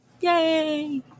Yay